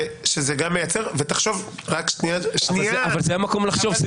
ותחשוב --- זה המקום לחשוב.